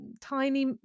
tiny